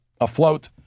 afloat